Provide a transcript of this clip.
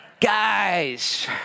Guys